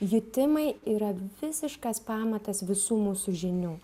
jutimai yra visiškas pamatas visų mūsų žinių